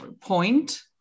point